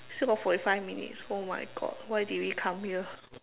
still got forty five minutes oh my God why did we come here